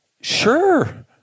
sure